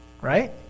right